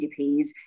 GDPs